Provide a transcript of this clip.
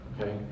okay